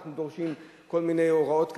אנחנו דורשים כל מיני הוראות כאלה,